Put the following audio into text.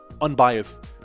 unbiased